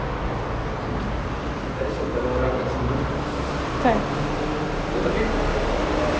let’s hope tak ada orang kat sini eh tapi